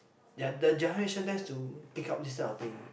their the generation tends to pick up these kind of thing